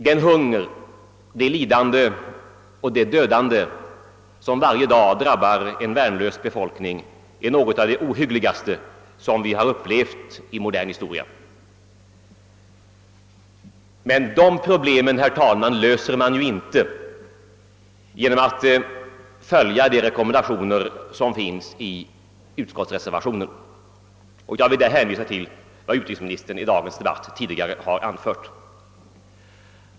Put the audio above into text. Den hunger, det lidande och det dödande som varje dag drabbar en värnlös befolkning är något av det ohyggligaste som vi har upplevt i modern historia. Men de problemen löser man inte genom att följa de rekommendationer som finns i utskottsreservationen, och jag vill här hänvisa till vad utrikesministern har anfört tidigare i dagens debatt.